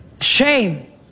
Shame